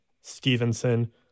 Stevenson